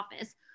office